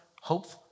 hope